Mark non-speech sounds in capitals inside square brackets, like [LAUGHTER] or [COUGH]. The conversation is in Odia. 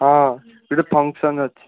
ହଁ [UNINTELLIGIBLE] ଫଙ୍କସନ୍ ଅଛି